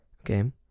Okay